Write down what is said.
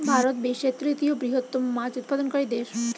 ভারত বিশ্বের তৃতীয় বৃহত্তম মাছ উৎপাদনকারী দেশ